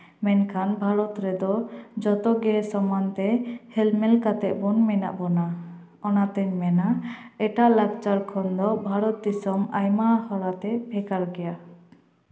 ᱢᱮᱱᱠᱷᱟᱱ ᱵᱷᱟᱨᱚᱛ ᱨᱮᱫᱚ ᱡᱚᱛ ᱜᱮ ᱥᱚᱢᱟᱱ ᱛᱮ ᱦᱮᱞᱢᱮᱞ ᱠᱟᱛᱮᱜ ᱵᱚᱱ ᱢᱮᱱᱟᱜ ᱵᱚᱱᱟ ᱚᱱᱟ ᱛᱤᱧ ᱢᱮᱱᱟ ᱮᱴᱟᱜ ᱞᱟᱠᱪᱟᱨ ᱠᱷᱚᱱ ᱫᱚ ᱵᱷᱟᱨᱚᱛ ᱫᱤᱥᱚᱢ ᱟᱭᱢᱟ ᱦᱚᱨᱟᱛᱮ ᱵᱷᱮᱜᱟᱨ ᱜᱮᱭᱟ